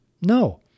No